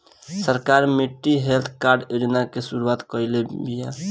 सरकार मिट्टी health card योजना के शुरूआत काइले बिआ